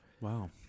Wow